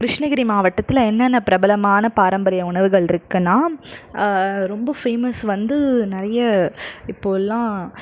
கிருஷ்ணகிரி மாவட்டத்தில் என்னென்ன பிரபலமான பாரம்பரிய உணவுகள் இருக்குதுன்னா ரொம்ப ஃபேமஸ் வந்து நிறைய இப்போலாம்